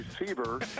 receiver